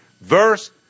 verse